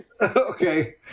Okay